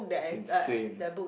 it's insane